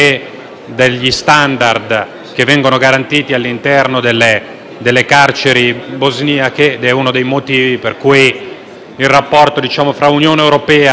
degli *standard* che vengono garantiti all'interno delle carceri bosniache. Questo è uno dei motivi per cui il rapporto tra Unione europea